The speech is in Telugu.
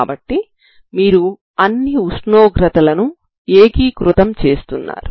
కాబట్టి మీరు అన్ని ఉష్ణోగ్రతల ను ఏకీకృతం చేస్తున్నారు